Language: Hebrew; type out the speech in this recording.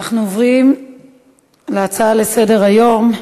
נעבור להצעות לסדר-היום בנושא: